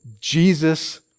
Jesus